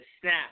snap